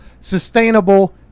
sustainable